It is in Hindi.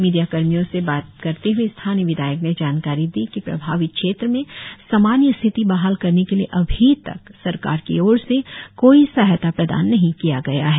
मिडियाकर्मियों से बात चीत करते ह्ए स्थानीय विधायक ने जानकारी दी की प्रभावित क्षेत्र में सामान्य स्थिती बहाल करने के लिए अभी तक सरकार की ओर से कोई सहायता प्रदान नही किया गया है